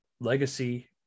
legacy